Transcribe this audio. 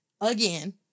again